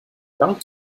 dank